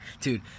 Dude